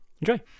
Enjoy